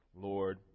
Lord